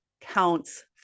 counts